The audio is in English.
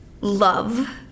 love